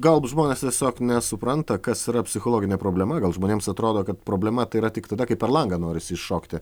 galbūt žmonės tiesiog nesupranta kas yra psichologinė problema gal žmonėms atrodo kad problema tai yra tik tada kai per langą norisi iššokti